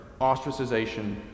ostracization